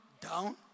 down